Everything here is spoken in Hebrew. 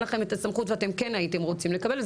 לכם את הסמכות ואתם כן הייתם רוצים לקבל.